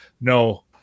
no